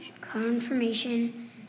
confirmation